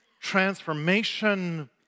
transformation